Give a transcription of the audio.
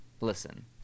Listen